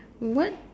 what